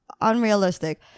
unrealistic